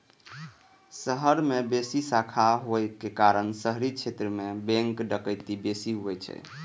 शहर मे बेसी शाखा होइ के कारण शहरी क्षेत्र मे बैंक डकैती बेसी होइ छै